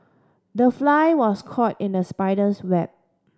the fly was caught in the spider's web